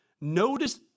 Notice